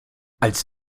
als